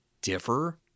differ